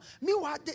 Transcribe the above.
Meanwhile